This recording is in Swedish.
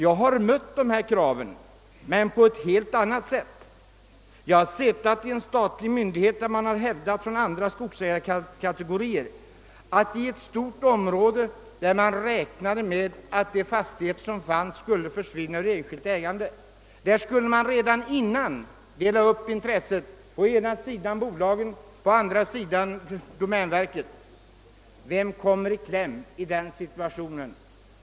Jag har mött detta krav men på ett helt annat sätt, ty jag har varit ledamot av en statlig myndighets styrelse där det från andra skogsägarkategoriers sida hävdades, att det beträffande ett stort område, där man räknat med att fastigheterna skulle försvinna ur enskild ägo, redan på förhand skulle göras en uppdelning så att å ena sidan bolagen och å den andra domänverket skulle få mark. Vem kommer i den situationen i kläm?